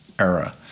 era